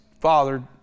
father